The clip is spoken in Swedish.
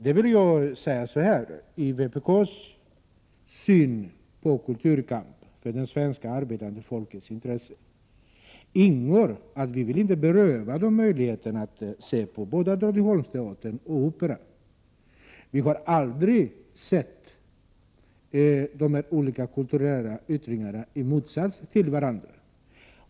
Jag vill svara så här: I vpk:s syn på kampen för kultur i det arbetande folkets intresse ingår att vpk inte vill beröva människorna möjligheterna att gå på både Drottningholmsteatern och Operan. Vi har aldrig ansett att de här olika kulturella yttringarna står i ett motsatsförhållande till varandra.